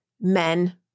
men